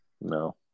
No